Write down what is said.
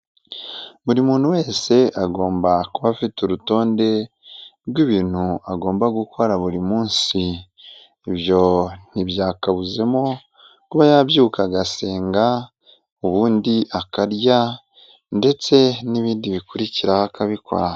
Buri muntu wese agomba kuba afite urutonde rw'ibintu agomba gukora buri munsi, ibyo ntibyakabuzemo kuba yabyuka agasenga, ubundi akarya ndetse n'ibindi bikurikira akabikora.